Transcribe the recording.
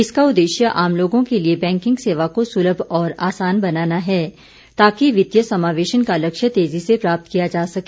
इसका उददेश्य आम लोगों के लिए बैंकिंग सेवा को सुलभ और आसान बनाना है ताकि वित्तीय समावेशन का लक्ष्य तेजी से प्राप्त किया जा सके